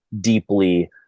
deeply